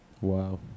Wow